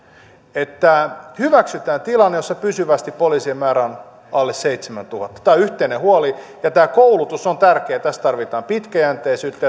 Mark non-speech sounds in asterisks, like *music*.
että hyväksytään tilanne jossa pysyvästi poliisien määrä on alle seitsemäntuhatta tämä on yhteinen huoli ja tämä koulutus on tärkeä tässä tarvitaan pitkäjänteisyyttä *unintelligible*